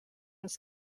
els